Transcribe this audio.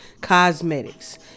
cosmetics